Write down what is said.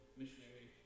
missionary